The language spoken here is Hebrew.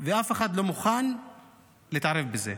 ואף אחד לא מוכן להתערב בזה.